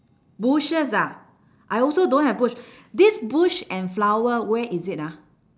bushes ah I also don't have bush this bush and flower where is it ah